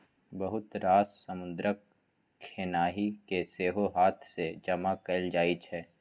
बहुत रास समुद्रक खेनाइ केँ सेहो हाथ सँ जमा कएल जाइ छै